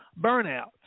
Burnout